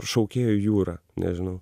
šaukėjo jūra nežinau